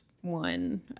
One